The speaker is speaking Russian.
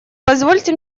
позвольте